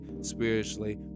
spiritually